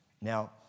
Now